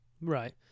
Right